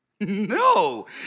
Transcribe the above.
No